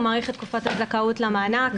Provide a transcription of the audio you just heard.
הוא מאריך את תקופת הזכאות למענק,